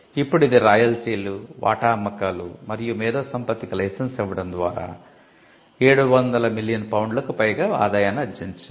ఇప్పుడు ఇది రాయల్టీలు వాటా అమ్మకాలు మరియు మేధో సంపత్తికి లైసెన్స్ ఇవ్వడం ద్వారా 700 మిలియన్ పౌండ్లకు పైగా ఆదాయాన్ని ఆర్జించింది